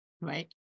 Right